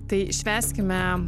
tai švęskime